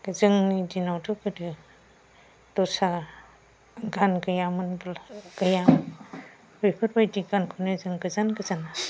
जोंनि दिनावथ' गोदो दस्रा गान गैयामोनब्ला गैयामोन बेफोरबादि गानखौनो जों गोजान गोजान